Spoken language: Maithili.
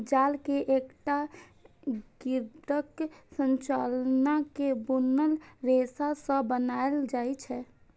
जाल कें एकटा ग्रिडक संरचना मे बुनल रेशा सं बनाएल जाइ छै